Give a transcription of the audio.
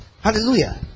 Hallelujah